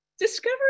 Discover